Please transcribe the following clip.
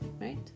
Right